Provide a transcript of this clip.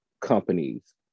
companies